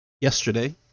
yesterday